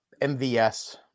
MVS